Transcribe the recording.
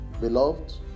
Beloved